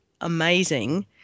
amazing